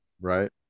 Right